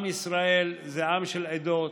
עם ישראל זה עם של עדות.